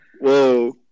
Whoa